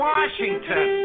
Washington